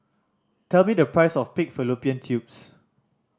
tell me the price of pig fallopian tubes